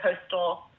coastal